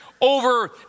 over